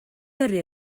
yrru